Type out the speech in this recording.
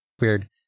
Weird